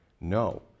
No